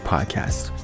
Podcast